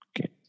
Okay